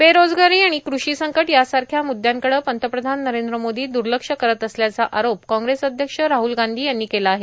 बेरोजगारी आणि कृषी संकट यासारख्या मुद्यांकडं पंतप्रधान नरेंद्र मोदी दुर्लक्ष करत असल्याचा आरोप काँग्रेस अध्यक्ष राहुल गांधी यांनी केला आहे